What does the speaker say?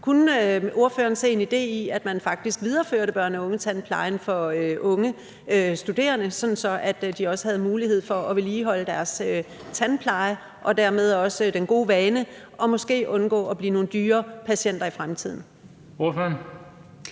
Kunne ordføreren se en idé i, at man faktisk videreførte børn- og ungetandplejen for unge studerende, sådan at de havde mulighed for at vedligeholde deres tandpleje og dermed også den gode vane og måske undgå at blive nogle dyre patienter i fremtiden?